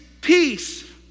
peace